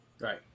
Right